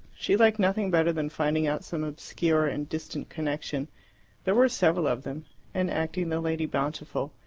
she liked nothing better than finding out some obscure and distant connection there were several of them and acting the lady bountiful,